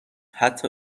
حتی